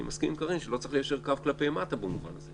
אני מסכים עם קארין שלא צריך ליישר קו כלפי מטה במובן הזה.